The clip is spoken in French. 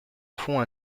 font